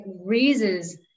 raises